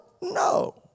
no